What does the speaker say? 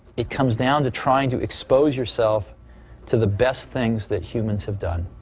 it comes down to try and to expose yourself to the best things that humans have done.